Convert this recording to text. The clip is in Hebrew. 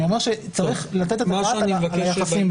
אני אומר שצריך לתת את הדעת על היחסים האלה.